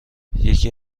یکی